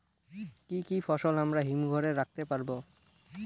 কি কি ফসল আমরা হিমঘর এ রাখতে পারব?